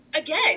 again